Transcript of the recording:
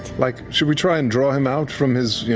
like should we try and draw him out from his